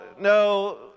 no